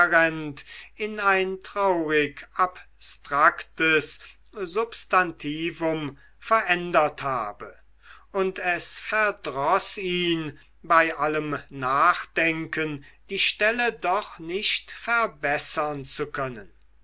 in ein traurig abstraktes substantivum verändert habe und es verdroß ihn bei allem nachdenken die stelle doch nicht verbessern zu können